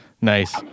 Nice